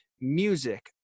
music